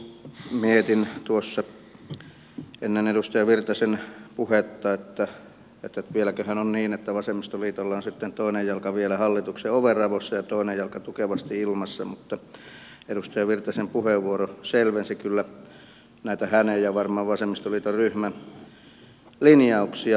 mietin tuossa ennen edustaja virtasen puhetta että vieläköhän on niin että vasemmistoliitolla on sitten toinen jalka vielä hallituksen ovenraossa ja toinen jalka tukevasti ilmassa mutta edustaja virtasen puheenvuoro selvensi kyllä näitä hänen ja varmaan vasemmistoliiton ryhmän lin jauksia